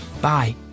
Bye